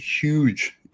huge